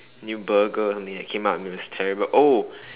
new burger or something that came out and it was terrible oh